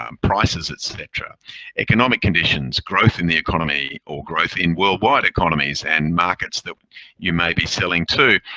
um prices, etc. economic conditions, growth in the economy or growth in worldwide economies and markets that you may be selling to.